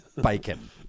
Bacon